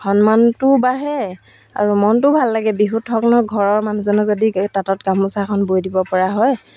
সন্মানটোও বাঢ়ে আৰু মনটো ভাল লাগে বিহুত হওক নহওক ঘৰৰ মানুহজনে যদি তাঁতত গামোচাখন বৈ দিব পৰা হয়